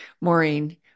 Maureen